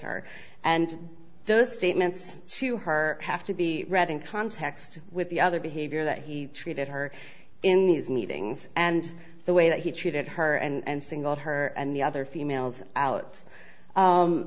her and those statements to her have to be read in context with the other behavior that he treated her in these meetings and the way that he treated her and singled her and the other females out